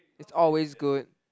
it's always good